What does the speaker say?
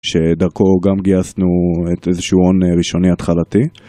שדרכו גם גייסנו את איזה שהוא הון ראשוני התחלתי.